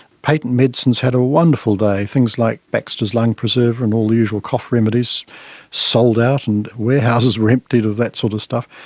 patent medicines had a wonderful day, things like baxter's lung preserver, and all the usual cough remedies sold out and warehouses were emptied of that sort of stuff.